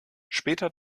später